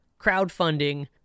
crowdfunding